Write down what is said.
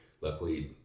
luckily